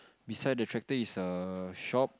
beside the tractor is a shop